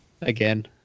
again